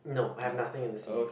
no I have nothing in the sea